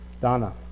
Donna